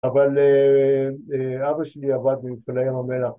אבל אבא שלי עבד במפעלי ים המלח